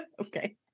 Okay